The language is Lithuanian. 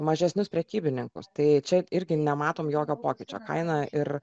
mažesnius prekybininkus tai čia irgi nematom jokio pokyčio kaina ir